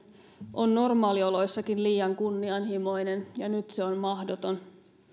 on normaalioloissakin liian kunnianhimoinen ja nyt se on mahdoton